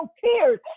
tears